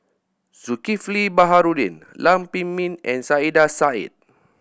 Zulkifli Baharudin Lam Pin Min and Saiedah Said